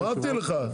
אמרתי לך.